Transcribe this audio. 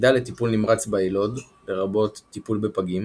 יחידה לטיפול נמרץ ביילוד לרבות טיפול בפגים